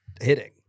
hitting